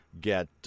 get